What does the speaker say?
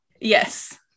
yes